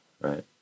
right